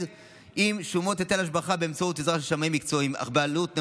עם שומות היטל השבחה באמצעות עזרה של שמאים מקצועיים אך בעלות נמוכה,